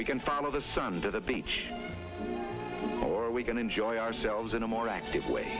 we can follow the sun to the beach or we can enjoy ourselves in a more active way